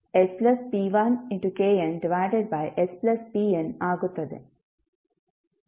ಆದ್ದರಿಂದ ನೀವು ಗುಣಿಸಿದಾಗ ಇದು sp1Fsk1sp1k2sp2sp1knspn ಆಗುತ್ತದೆ